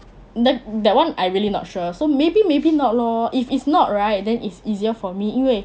then that [one] I really not sure so maybe maybe not lor if it's not right then it's easier for me 因为